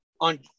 On